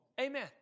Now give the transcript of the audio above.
Amen